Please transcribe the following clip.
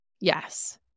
Yes